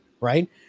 right